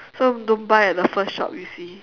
so don't buy at the first shop you see